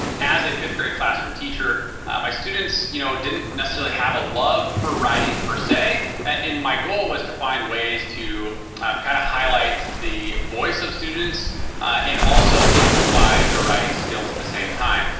as a fifth-grade classroom teacher my students, you know, didn't necessarily have a love for writing, per se. and my goal was to find ways to kind of highlight the voice of students and also amplify the writing skills at the same time.